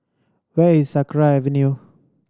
where is Sakra Avenue